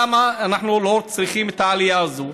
למה אנחנו לא צריכים את העלייה הזו?